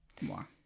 more